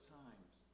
times